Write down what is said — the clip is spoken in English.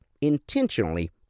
intentionally